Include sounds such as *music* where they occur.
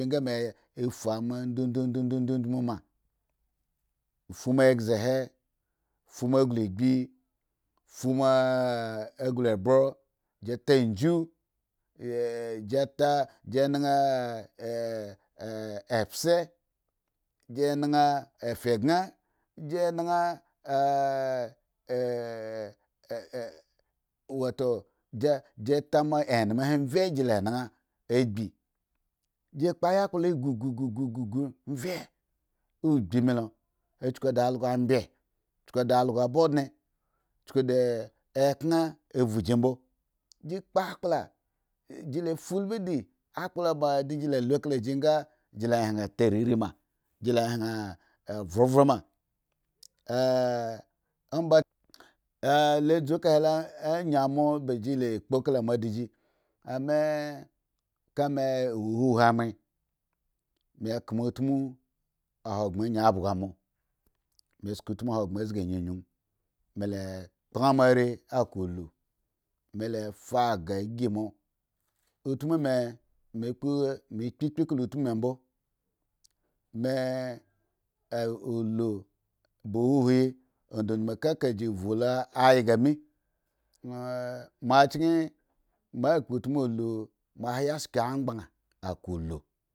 Eka me fu ama ndindidinmu ma fu moa ekze he fu moa anglu agbi fu moa a anglu moho gi ta abhu *hesitation* gi ta gi naha *hesitation* embze gi naha a fyekye gi naha *hesitation* wato gi ta moa eneme he mrye gi la naha agbi kpo yakpla eghu ghu ghu ghu mrye ugbi mi lo a chuku da also bye chuku da algo ba ondne chuku da ekhreŋ evhu gi mbo gi kpo akpla gi la fa ulbhu di akpla ba adag la lu ka la gi nga gi la han tauriri ma gi la han vhonvhe ma *noise* *hesitation* omba ky ah lo dzu kahe o a nyin mo ba si la kpo kamoa dagi ame ka me wo huhwin mohhe me kma utmu ahogbren anyi abhgo mo me sko utmu hogbren nga nunnunud mela kpaŋ moare akulu me la fa gah ygi moa utmu me me kpo me kpikpi kala utmu me mbo me *hesitation* alu ba huhwin hi adindmu kaka gi vhu lo ayga mi ŋwo machkyi moa kpo utmu ulu ma han ayi shki aŋgban akulu.